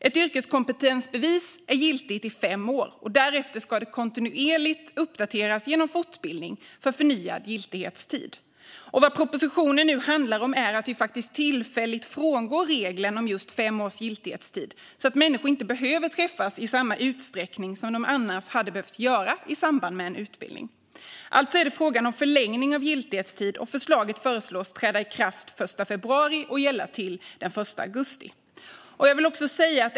Ett yrkeskompetensbevis är giltigt i fem år. Därefter ska det kontinuerligt uppdateras genom fortbildning för förnyad giltighetstid. Vad propositionen nu handlar om är att vi faktiskt tillfälligt frångår regeln om fem års giltighetstid, så att människor inte behöver träffas i samma utsträckning som de annars hade behövt göra i samband med en utbildning. Det är alltså fråga om en förlängning av giltighetstid, och förslaget föreslås träda i kraft den 1 februari och gälla till den 1 augusti.